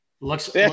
Looks